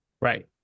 Right